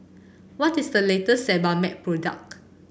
what is the latest Sebamed product